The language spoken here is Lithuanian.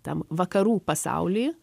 tam vakarų pasauly